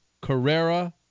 Carrera